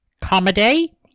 Comedy